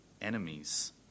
enemies